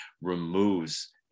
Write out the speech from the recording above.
removes